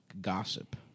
gossip